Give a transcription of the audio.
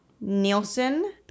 Nielsen